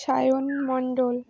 Sayan Mondal